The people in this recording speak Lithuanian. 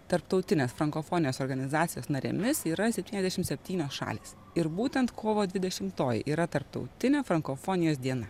tarptautinės frankofonijos organizacijos narėmis yra septyniasdešimt septynos šalys ir būtent kovo dvidešimtoji yra tarptautinė frankofonijos diena